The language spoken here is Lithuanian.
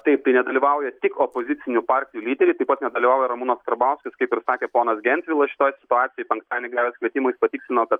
taip tai nedalyvauja tik opozicinių partijų lyderiai taip pat nedalyvauja ramūnas karbauskis kaip ir sakė ponas gentvilas šitoj situacijoj penktadienį gavęs kvietimą jis patikslino kad